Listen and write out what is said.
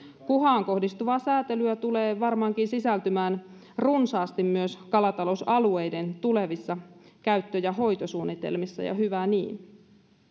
kuhaan kohdistuvaa säätelyä tulee varmaankin sisältymään runsaasti myös kalatalousalueiden tuleviin käyttö ja hoitosuunnitelmiin ja ja hyvä niin